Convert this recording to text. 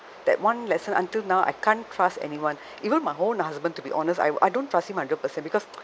that one lesson until now I can't trust anyone even my own husband to be honest I I don't trust him hundred percent because